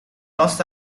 los